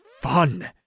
fun